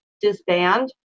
disband